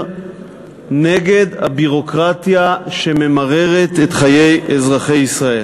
נגד הביורוקרטיה שממררת את חיי אזרחי ישראל,